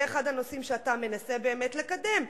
זה אחד הנושאים שאתה מנסה באמת לקדם,